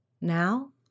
Now